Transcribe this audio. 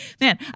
man